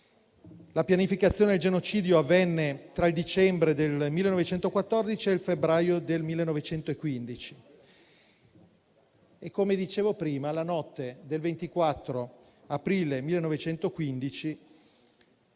La pianificazione del genocidio avvenne tra il dicembre del 1914 e il febbraio del 1915. Come dicevo prima, la notte del 24 aprile 1915,